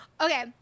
okay